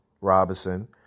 Robinson